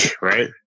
Right